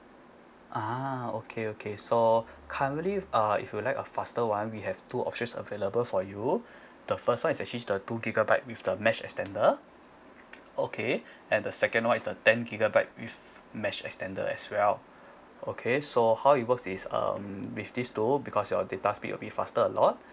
ah okay okay so currently if uh if you like the faster one we have two options available for you the first one is actually the two gigabyte with the mesh extender okay and the second one is the ten gigabyte with mesh extender as well okay so how it works is um with this two because your data speed will be faster a lot